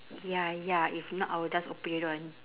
ya ya if not I will just open your door and